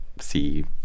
see